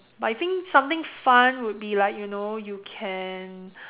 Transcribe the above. but I think something fun would be like you know you can